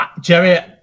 Jerry